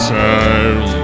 time